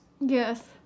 Yes